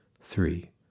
three